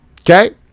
okay